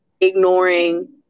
ignoring